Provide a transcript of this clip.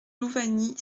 louvagny